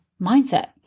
mindset